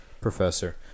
Professor